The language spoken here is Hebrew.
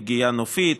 פגיעה נופית,